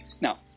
Now